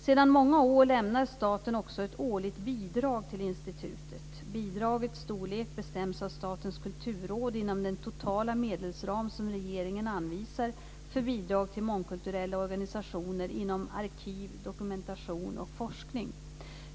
Sedan många år lämnar staten också ett årligt bidrag till institutet. Bidragets storlek bestäms av Statens kulturråd inom den totala medelsram som regeringen anvisar för bidrag till mångkulturella organisationer inom arkiv, dokumentation och forskning.